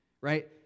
right